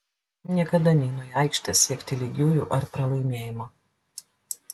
niekada neinu į aikštę siekti lygiųjų ar pralaimėjimo